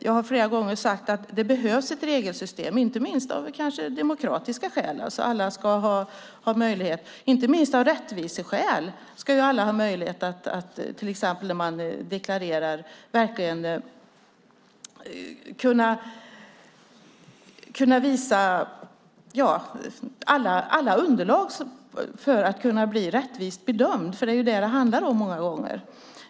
Jag har flera gånger sagt att det behövs ett regelsystem, kanske inte minst av demokratiska skäl. Alla ska ha möjlighet till exempel när man deklarerar att visa alla underlag för att bli rättvist bedömd. Det är det som det handlar om många gånger.